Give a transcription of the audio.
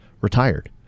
retired